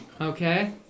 Okay